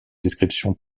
description